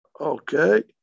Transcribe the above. Okay